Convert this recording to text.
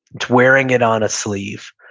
wearing it on a sleeve,